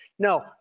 No